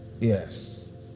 Yes